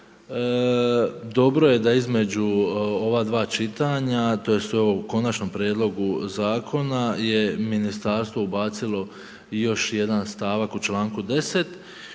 dobro je da između ova dva čitanja tj. u Konačnom prijedlogu zakona je ministarstvo ubacilo i još jedan stavak u članku 10.